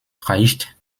reicht